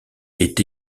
est